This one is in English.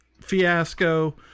fiasco